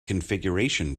configuration